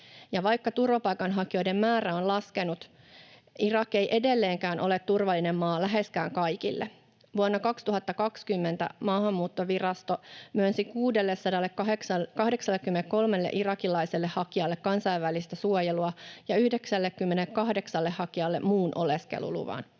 vaikka turvapaikanhakijoiden määrä on laskenut, Irak ei edelleenkään ole turvallinen maa läheskään kaikille. Vuonna 2020 Maahanmuuttovirasto myönsi 683 irakilaiselle hakijalle kansainvälistä suojelua ja 98 hakijalle muun oleskeluluvan.